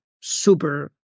super